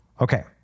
Okay